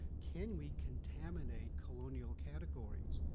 can we contaminate colonial categories?